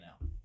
now